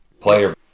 player